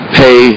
pay